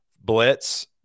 Blitz